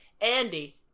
andy